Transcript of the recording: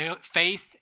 faith